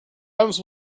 items